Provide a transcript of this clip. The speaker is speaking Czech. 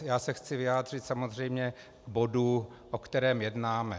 Já se chci vyjádřit samozřejmě k bodu, o kterém jednáme.